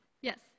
Yes